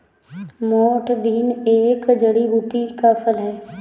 मोठ बीन एक जड़ी बूटी का फल है